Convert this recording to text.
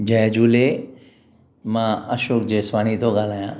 जय झूले मां अशोक जेसवाणी थो ॻाल्हायां